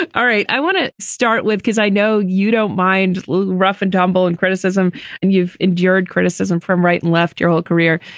ah all right i want to start with because i know you don't mind rough and tumble in criticism and you've endured criticism from right and left, your old career.